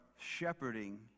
shepherding